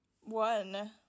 one